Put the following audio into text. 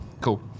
cool